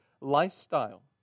lifestyle